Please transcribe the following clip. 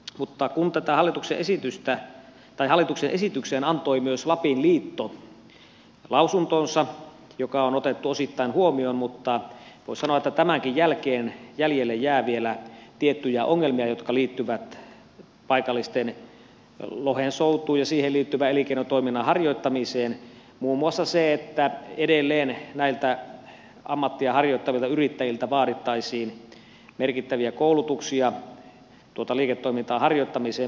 mutta kun tähän hallituksen esitykseen antoi myös lapin liitto lausuntonsa joka on otettu osittain huomioon niin voisi sanoa että tämänkin jälkeen jäljelle jää vielä tiettyjä ongelmia jotka liittyvät paikallisten lohensoutuun ja siihen liittyvään elinkeinotoiminnan harjoittamiseen muun muassa se että edelleen näiltä ammattia harjoittavilta yrittäjiltä vaadittaisiin merkittäviä koulutuksia tuon liiketoiminnan harjoittamiseen